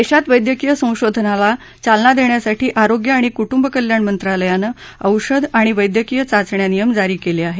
देशात वद्धक्रीय संशोधनाला चालना देण्यासाठी आरोग्य आणि कुटुंब कल्याण मंत्रालयानं औषधं आणि वद्यक्रीय चाचण्या नियम जारी केले आहेत